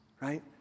right